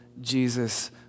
Jesus